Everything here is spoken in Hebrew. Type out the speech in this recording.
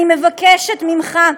אני מבקשת ממך,